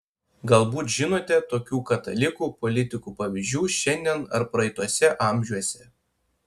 galbūt žinote tokių katalikų politikų pavyzdžių šiandien ar praeituose amžiuose